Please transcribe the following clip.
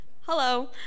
Hello